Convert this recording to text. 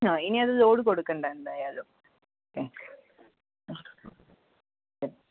ആ ഇനി അത് ലോഡ് കൊടുക്കണ്ട എന്തായാലും ആ ആ ശരി